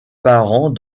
parents